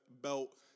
belt